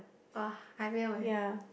[wah] I will eh